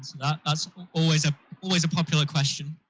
that's always a always a popular question.